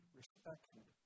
respected